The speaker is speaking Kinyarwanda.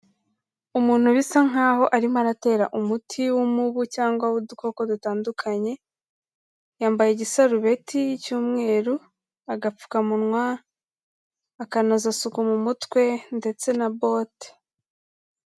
Umuntu bisa nkaho arimo aratera umuti w'umubu cyangwa w'udukoko dutandukanye, yambaye igisarubeti cy'umweru, agapfukamunwa, akanozasuku mu mutwe ndetse na bote.